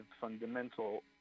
fundamental